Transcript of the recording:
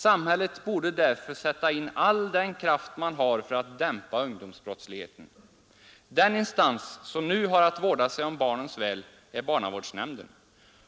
Samhället borde därför sätta in all den kraft man har för att dämpa ungdomsbrottsligheten. Den instans som nu har att vårda sig om barnens väl är barnavårdsnämnden,